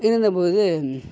இருந்த போது